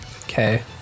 Okay